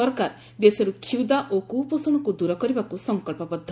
ସରକାର ଦେଶରୁ କ୍ଷୁଧା ଓ କୁପୋଷଣ ଦୂର କରିବାକୁ ସଂକଳ୍ପବଦ୍ଧ